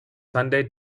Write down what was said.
sunday